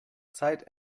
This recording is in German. zeit